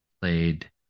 played